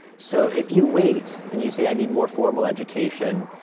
so, if you wait, and you say i need more formal education,